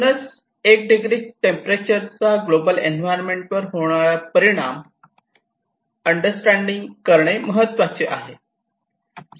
म्हणूनच एक degree temperature चा आपल्या ग्लोबल एन्व्हायरमेंट वर होणारा परिणाम अंडरस्टँडिंग महत्त्वाचे आहे